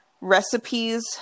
recipes